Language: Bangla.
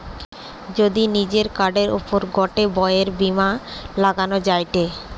যদি নিজের কার্ডের ওপর গটে ব্যয়ের সীমা লাগানো যায়টে